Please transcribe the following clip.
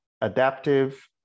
adaptive